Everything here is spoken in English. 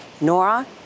Nora